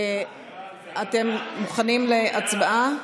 אתם מוכנים להצבעה?